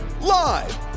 Live